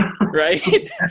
right